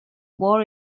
war